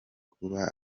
kuba